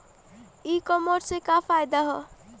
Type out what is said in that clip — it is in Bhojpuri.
ई कामर्स से का फायदा ह?